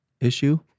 issue